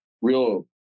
real